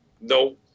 No